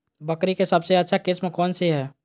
बकरी के सबसे अच्छा किस्म कौन सी है?